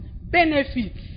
Benefits